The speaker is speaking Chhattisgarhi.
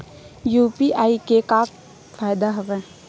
यू.पी.आई के का फ़ायदा हवय?